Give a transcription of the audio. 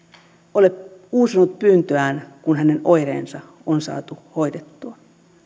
ole uusinut pyyntöään kun hänen oireensa on saatu hoidettua